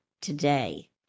Today